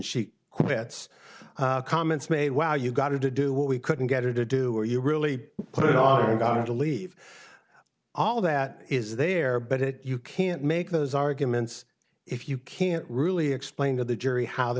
gets comments made well you got to do what we couldn't get her to do are you really going to leave all of that is there but if you can't make those arguments if you can't really explain to the jury how the